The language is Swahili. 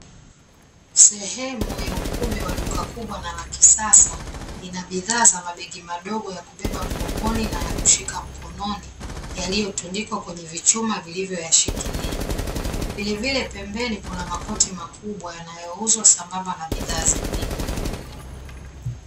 Sehemu ya ukumbi wa duka kubwa na la kisasa, ina bidhaa za mabegi madogo ya kubeba mgongoni, na ya kushika mkononi yaliyotundikwa kwenye vichuma vilivyoyashikilia. Vilevile pembeni kuna makoti makubwa yanayouzwa, sambamba na bidhaa zingine.